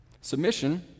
Submission